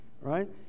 right